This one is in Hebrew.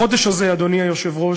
בחודש הזה, אדוני היושב-ראש,